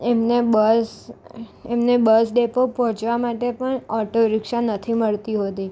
એમને બસ એમને bus depot પહોંચવા માટે પણ ઓટો રિક્ષા નથી મળતી હોતી